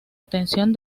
atención